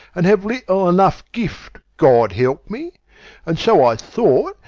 and have little enough gift, god help me and so i thought,